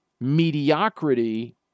mediocrity